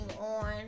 on